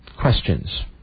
questions